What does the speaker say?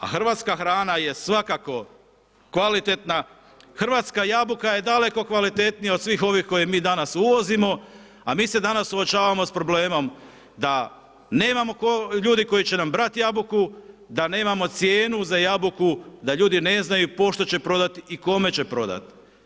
A hrvatska hrana je svakako kvalitetna, hrvatska jabuka je daleko kvalitetnija od svih ovih koje mi danas uvozimo, a mi se danas suočavamo s problemima da nemamo ljudi koji će nam brati jabuku, da nemamo cijenu za jabuku, da ljudi ne znaju pošto će prodati i kome će prodati.